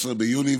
15 ביוני,